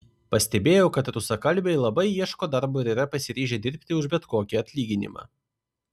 pastebėjau kad rusakalbiai labai ieško darbo ir yra pasiryžę dirbti už bet kokį atlyginimą